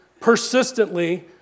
persistently